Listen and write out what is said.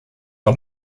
are